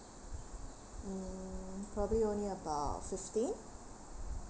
mm probably only about fifteen